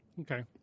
Okay